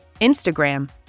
Instagram